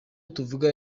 tuvuga